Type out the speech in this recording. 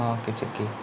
ആ okay check ചെയ്യ്